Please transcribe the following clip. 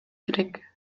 керек